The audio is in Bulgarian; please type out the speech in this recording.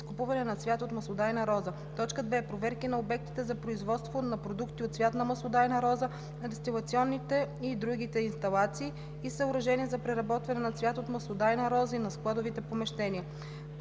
изкупуване на цвят от маслодайна роза; 2. проверки на обектите за производство на продукти от цвят на маслодайна роза, на дестилационните и другите инсталации и съоръжения за преработване на цвят от маслодайна роза и на складовите помещения;